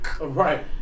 Right